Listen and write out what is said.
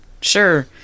Sure